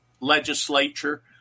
legislature